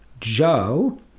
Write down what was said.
Joe